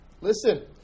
listen